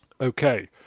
Okay